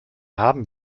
haben